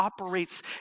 operates